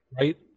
right